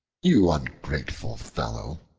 you ungrateful fellow,